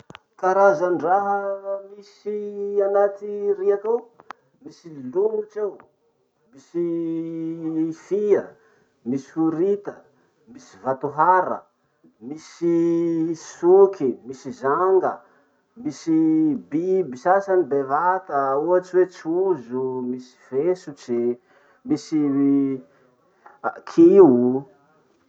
Karazandraha misy anaty riaky ao: misy lomotry ao, misy fia, misy horita, misy vato hara, misy soky, misy zanga, misy biby sasany bevata ohatsy hoe trozo, misy fesotry, misy kio.